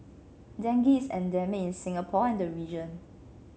dengue is endemic in Singapore and the region